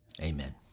Amen